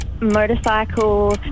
motorcycle